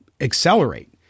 accelerate